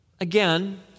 Again